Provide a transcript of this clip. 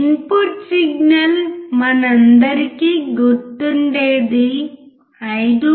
input signal మనందరికీ గుర్తుండేది 5